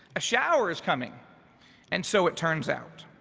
a shower is coming and so it turns out.